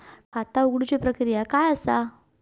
खाता उघडुची प्रक्रिया काय असा?